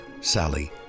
Sally